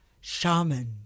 shaman